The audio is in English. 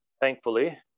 thankfully